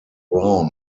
brown